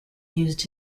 used